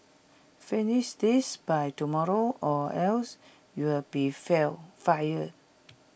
finish this by tomorrow or else you'll be feel fired